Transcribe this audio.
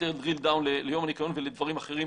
יותר drill down ליום הניקיון ולדברים אחרים,